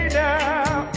now